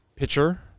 Pitcher